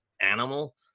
animal